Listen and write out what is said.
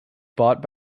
bought